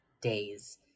days